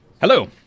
Hello